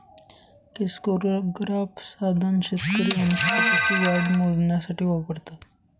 crescograph साधन शेतकरी वनस्पतींची वाढ मोजण्यासाठी वापरतात